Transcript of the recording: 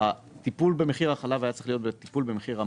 הטיפול במחיר החלב היה צריך להיות טיפול במחיר המטרה.